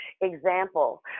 example